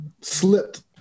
slipped